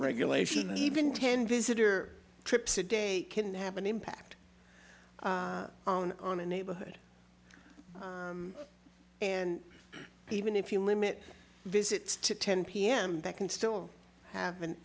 regulation even ten visitor trips a day can have an impact on a neighborhood and even if you limit visits to ten pm that can still have an